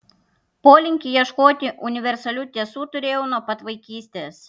polinkį ieškoti universalių tiesų turėjau nuo pat vaikystės